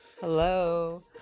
hello